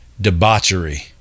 debauchery